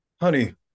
Honey